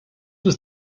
was